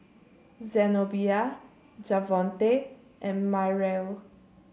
Zenobia Javonte and Myrle